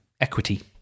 equity